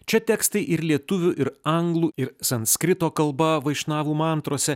čia tekstai ir lietuvių ir anglų ir sanskrito kalba vaišnavų mantrose